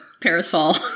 parasol